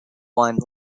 one